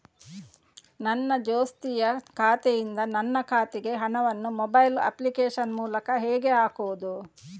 ನನ್ನ ದೋಸ್ತಿಯ ಖಾತೆಯಿಂದ ನನ್ನ ಖಾತೆಗೆ ಹಣವನ್ನು ಮೊಬೈಲ್ ಅಪ್ಲಿಕೇಶನ್ ಮೂಲಕ ಹೇಗೆ ಹಾಕುವುದು?